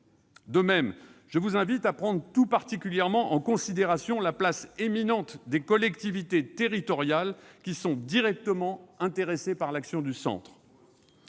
De même, je vous invite à prendre tout particulièrement en considération la place éminente des collectivités territoriales, qui sont directement intéressées par l'action du Centre.